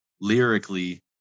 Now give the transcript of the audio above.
lyrically